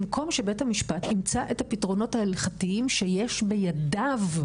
במקום שבית המשפט ימצא את הפתרונות ההלכתיים שיש בידיו,